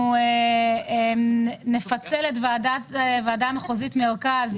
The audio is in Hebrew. אנחנו נפצל את הוועדה המחוזית מרכז.